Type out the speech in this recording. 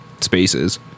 spaces